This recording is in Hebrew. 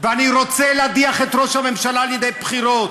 ואני רוצה להדיח את ראש הממשלה על ידי בחירות,